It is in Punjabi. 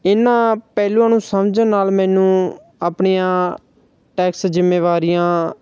ਇਨ੍ਹਾਂ ਪਹਿਲੂਆਂ ਨੂੰ ਸਮਝਣ ਨਾਲ ਮੈਨੂੰ ਆਪਣੀਆਂ ਟੈਕਸ ਜ਼ਿੰਮੇਵਾਰੀਆਂ